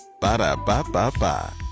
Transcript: Ba-da-ba-ba-ba